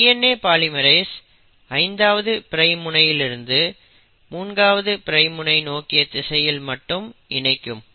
இந்த DNA polymerase 5ஆவது prime முனையிலிருந்து 3ஆவது பிரைம் முனை நோக்கிய திசையில் மட்டும் இணைக்கும்